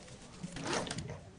כאחראיים.